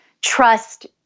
trust